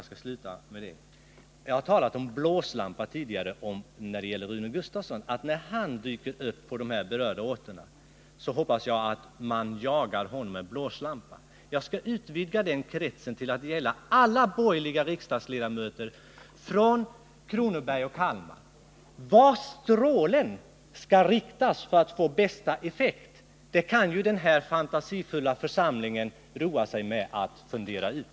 att påminna om att jag tidigare sagt att när Rune Gustavsson dyker upp på de här berörda orterna hoppas jag att man jagar honom med blåslampa. Jag skall utvidga det till att gälla alla borgerliga riksdagsledamöter från Kronobergs och Kalmar län. Vart strålen skall riktas för att få bästa effekt kan ju denna fantasifulla församling roa sig med att fundera ut.